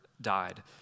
died